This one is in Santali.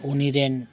ᱩᱱᱤ ᱨᱮᱱ